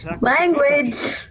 Language